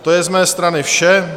To je z mé strany vše.